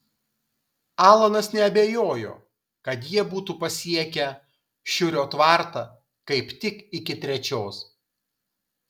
alanas neabejojo kad jie būtų pasiekę šiurio tvartą kaip tik iki trečios